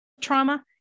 trauma